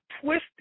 twisted